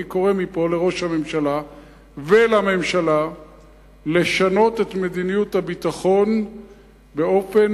אני קורא מפה לראש הממשלה ולממשלה לשנות את מדיניות הביטחון באופן